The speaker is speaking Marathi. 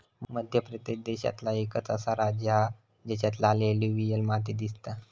मध्य प्रदेश देशांतला एकंच असा राज्य हा जेच्यात लाल एलुवियल माती दिसता